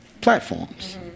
platforms